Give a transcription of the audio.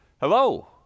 Hello